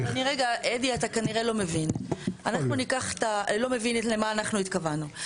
אדי, אתה כנראה לא מבין למה אנחנו התכוונו.